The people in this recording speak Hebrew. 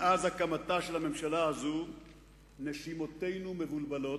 מאז הקמתה של הממשלה הזאת נשימותינו מבולבלות,